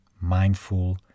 mindful